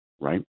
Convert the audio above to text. right